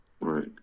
Right